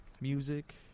music